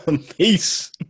Peace